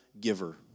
giver